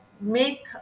make